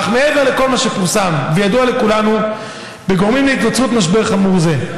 אך מעבר לכל מה שפורסם וידוע לכולנו כגורמים להיווצרות משבר חמור זה,